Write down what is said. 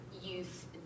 Youth